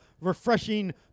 refreshing